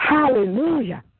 Hallelujah